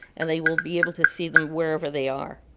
and they will be able to see them wherever they are.